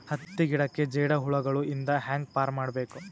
ಹತ್ತಿ ಗಿಡಕ್ಕೆ ಜೇಡ ಹುಳಗಳು ಇಂದ ಹ್ಯಾಂಗ್ ಪಾರ್ ಮಾಡಬೇಕು?